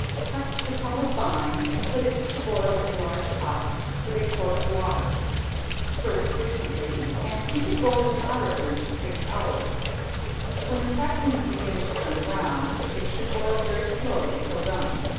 cut the tallow fine, and put it to boil in a large pot with a quart of water stir it frequently and keep it boiling moderately for six hours when the cracklings begin to turn brown, it should boil very slowly till done.